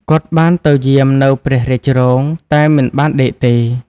គាត់បានទៅយាមនៅព្រះរាជរោង តែមិនបានដេកទេ។